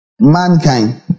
mankind